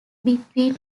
between